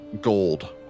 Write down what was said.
gold